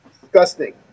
disgusting